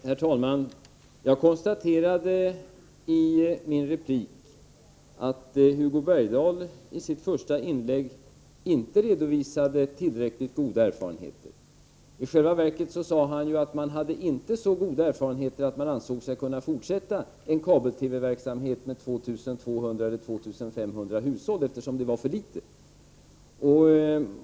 Herr talman! Jag konstaterade i min replik att Hugo Bergdahl i sitt första inlägg inte redovisade tillräckligt goda erfarenheter. I själva verket sade han att man inte hade så goda erfarenheter att man ansåg sig kunna fortsätta en kabel-TV-verksamhet med ca 2 500 hushåll, eftersom det var för litet.